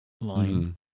line